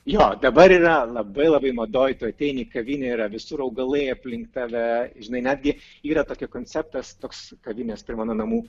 jo dabar yra labai labai madoj tu ateini į kavinę yra visur augalai aplink tave žinai netgi yra tokia konceptas toks kavinės prie mano namų